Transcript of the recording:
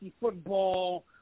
football